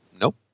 Nope